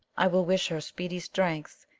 i will wish her speedy strength,